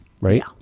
Right